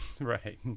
right